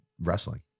wrestling